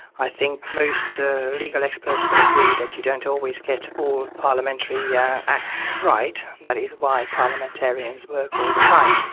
i think most legal experts will agree that you don't always get all parliamentary yeah acts right, that is why parliamentarians work all the time,